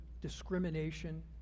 discrimination